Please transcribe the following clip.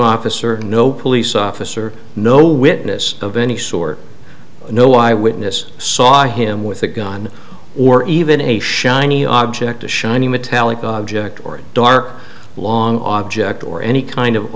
officer no police officer no witness of any sort no eyewitness saw him with a gun or even a shiny object a shiny metallic object or a dark long object or any kind of